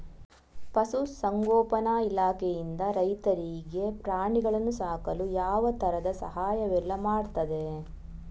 ಪಶುಸಂಗೋಪನೆ ಇಲಾಖೆಯಿಂದ ರೈತರಿಗೆ ಪ್ರಾಣಿಗಳನ್ನು ಸಾಕಲು ಯಾವ ತರದ ಸಹಾಯವೆಲ್ಲ ಮಾಡ್ತದೆ?